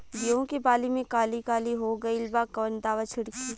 गेहूं के बाली में काली काली हो गइल बा कवन दावा छिड़कि?